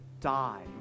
die